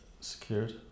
secured